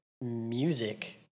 music